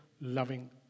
loving